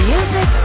Music